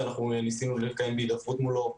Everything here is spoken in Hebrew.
ואנחנו ניסינו לקיים הידברות מולו,